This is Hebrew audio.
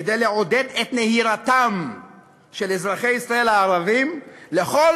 כדי לעודד את נהירתם של אזרחי ישראל הערבים לכל